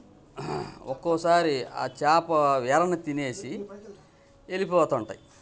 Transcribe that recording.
ఒక్కోసారి ఆ చాప ఎరను తినేసి వెళ్ళిపోతుంటాయి